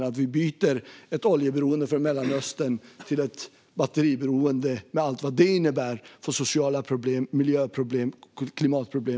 Vi kan inte byta ett oljeberoende från Mellanöstern mot ett batteriberoende från Asien med allt vad det innebär i fråga om sociala problem, miljöproblem och klimatproblem.